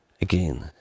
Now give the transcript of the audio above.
Again